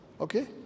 Okay